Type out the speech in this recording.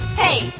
hey